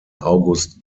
august